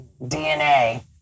DNA